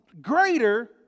Greater